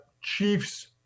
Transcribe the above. Chiefs